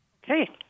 Hey